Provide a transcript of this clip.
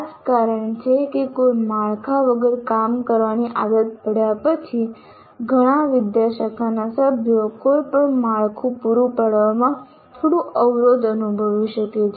આ જ કારણ છે કે કોઈ માળખા વગર કામ કરવાની આદત પડ્યા પછી ઘણા વિદ્યાશાખા સભ્યો કોઈ પણ માળખું પૂરું પાડવામાં થોડું અવરોધ અનુભવી શકે છે